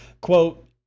quote